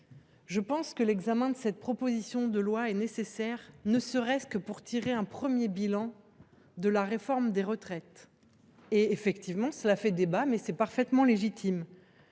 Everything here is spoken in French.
Je pense que l’examen de ce texte est nécessaire, ne serait ce que pour tirer un premier bilan de la réforme des retraites. Effectivement, celle ci fait débat, ce qui est parfaitement légitime.